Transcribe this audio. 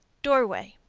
doorway.